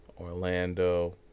Orlando